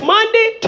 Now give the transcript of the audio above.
Monday